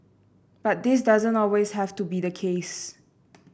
but this doesn't always have to be the case